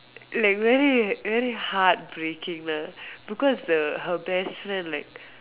like very very heart breaking lah because the her best friend like